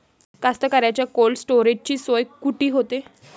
कास्तकाराइच्या कोल्ड स्टोरेजची सोय कुटी होते?